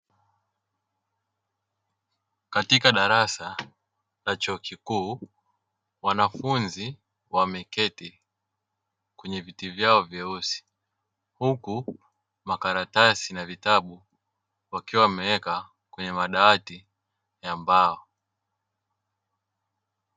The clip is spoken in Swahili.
Katika darasa la chuo kikuu, wanafunzi wameketi kwenye viti vyao vyeusi, huku makaratasi na vitabu wakiwa wameweka kwenye madawati ya mbao.